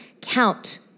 count